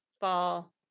fall